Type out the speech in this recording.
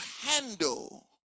handle